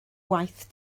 waith